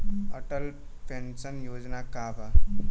Atal pension Yojana का बा?